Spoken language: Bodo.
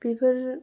बेफोर